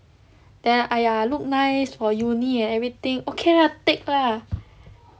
then !aiya! look nice for uni and everything okay lah take lah